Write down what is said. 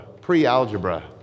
pre-algebra